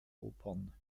opern